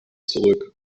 zurück